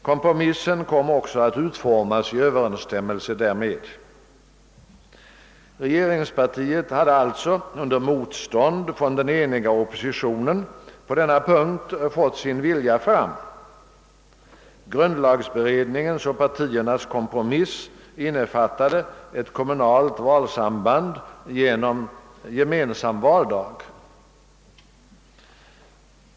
Kompromissen kom också att utformas i överensstämmelse därmed. Regeringspartiet hade alltså under motstånd från den eniga oppositionen på denna punkt fått sin vilja fram. Grundlagberedningens och partiernas kompromiss innefattade ett kommunalt valsamband genom gemensam valdag.